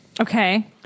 Okay